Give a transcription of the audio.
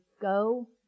go